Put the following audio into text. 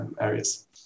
areas